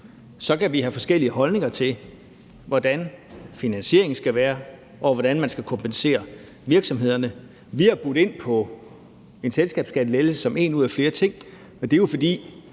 Så kan vi have forskellige holdninger til, hvordan finansieringen skal være, og hvordan man skal kompensere virksomhederne. Vi har budt ind med en selskabsskattelettelse som en ud af flere ting, og det er jo, fordi